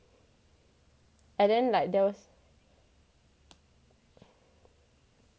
and then like those